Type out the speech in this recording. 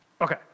Okay